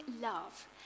love